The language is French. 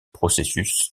processus